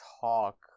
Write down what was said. talk